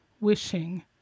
wishing